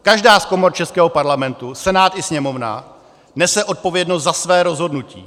Každá z komor českého Parlamentu, Senát i Sněmovna, nese odpovědnost za své rozhodnutí.